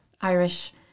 Irish